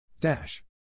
Dash